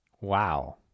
Wow